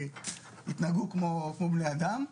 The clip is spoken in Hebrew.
כי התנהגו כמו בני אדם.